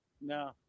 No